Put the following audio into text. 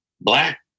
black